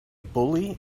bully